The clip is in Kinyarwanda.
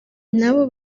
nabo